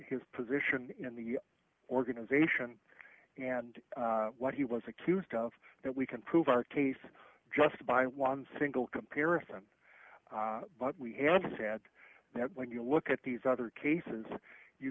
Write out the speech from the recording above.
his position in the organization and what he was accused of that we can prove our case just by one single comparison but we have said that when you look at these other cases you